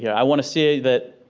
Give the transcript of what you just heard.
yeah i want to say that